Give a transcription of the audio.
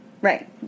Right